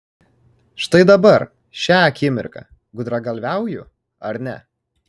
štai dabar šią akimirką gudragalviauju ar ne